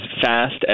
fast